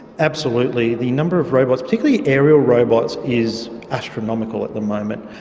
absolutely. the number of robots, particularly aerial robots, is astronomical at the moment.